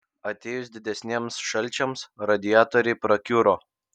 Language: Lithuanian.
atėjus didiesiems šalčiams radiatoriai prakiuro